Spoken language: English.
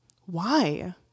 Why